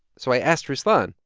so i asked ruslan.